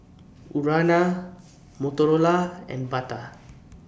Urana Motorola and Bata